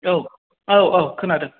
औ औ औ खोनादों